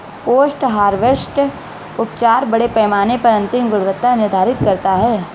post harvest उपचार बड़े पैमाने पर अंतिम गुणवत्ता निर्धारित करता है